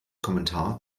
kommentar